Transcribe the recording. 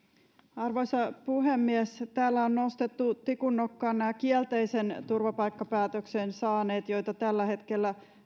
arvoisa puhemies täällä on nostettu tikun nokkaan kielteisen turvapaikkapäätöksen saaneet joita tällä hetkellä